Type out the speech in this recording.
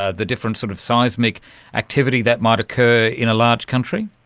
ah the different sort of seismic activity that might occur in a large country?